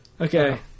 Okay